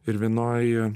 ir vienoj